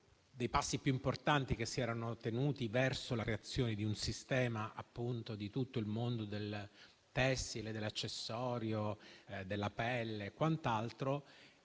dei passi più importanti fatti finora verso la creazione di un sistema che riunisca tutto il mondo del tessile, dell'accessorio, della pelle e quant'altro.